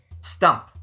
Stump